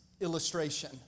illustration